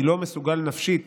אני לא מסוגל נפשית